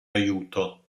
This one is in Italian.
aiuto